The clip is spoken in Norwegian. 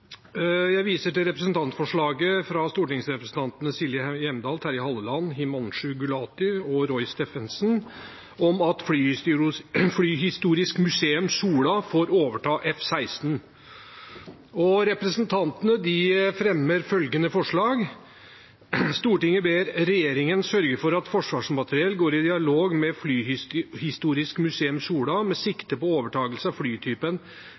Jeg viser til representantforslaget fra stortingsrepresentantene Silje Hjemdal, Terje Halleland Himanshu Gulati og Roy Steffensen om at Flyhistorisk Museum Sola får overta F-16. Representantene fremmer følgende forslag: «Stortinget ber regjeringen sørge for at Forsvarsmateriell går i dialog med Flyhistorisk Museum Sola med sikte på overtakelse av flytypen